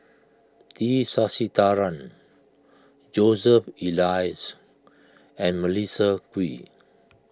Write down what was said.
T Sasitharan Joseph Elias and Melissa Kwee